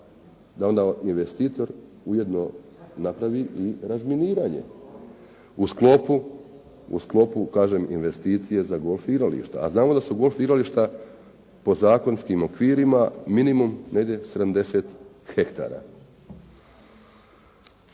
da onda investitor ujedno napravi i razminiranje u sklopu kažem investicije za golf igrališta, a znamo da su golf igrališta po zakonskim okvirima minimum negdje 70 hektara.